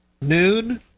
noon